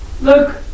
look